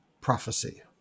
prophecy